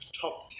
top